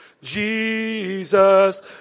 Jesus